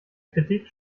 kritik